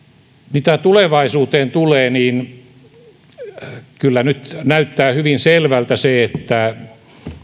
mitä tulevaisuuteen tulee niin kyllä nyt näyttää hyvin selvältä se että